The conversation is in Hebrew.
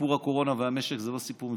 סיפור הקורונה והמשק זה לא סיפור מפלגתי.